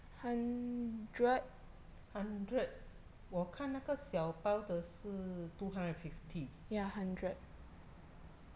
hundred 我看那个小包的是 two hundred and fifty